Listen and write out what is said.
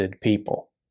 people